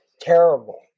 Terrible